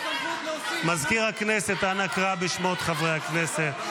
מזכיר הכנסת, אנא קרא בשמות חברי הכנסת.